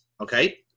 Okay